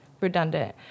redundant